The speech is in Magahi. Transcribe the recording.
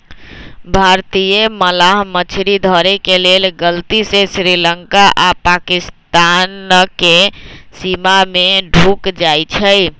भारतीय मलाह मछरी धरे के लेल गलती से श्रीलंका आऽ पाकिस्तानके सीमा में ढुक जाइ छइ